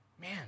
Man